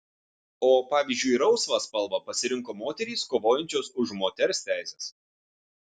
o pavyzdžiui rausvą spalvą pasirinko moterys kovojančios už moters teises